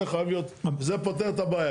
זה חייב להיות, זה פותר את הבעיה.